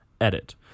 Edit